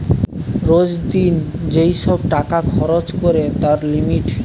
রোজ দিন যেই সব টাকা খরচ করে তার লিমিট